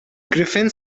griffin